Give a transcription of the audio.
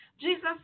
Jesus